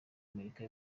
amerika